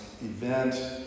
event